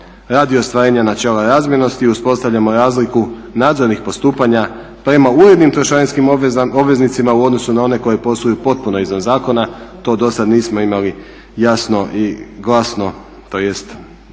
radi ostvarenja načela razmjernosti i uspostavljamo razliku nadzornih postupanja prema urednim trošarinskim obveznicima u odnosu na one koji posluju potpuno izvan zakona, to do sada nismo imali jasno i glasno tj.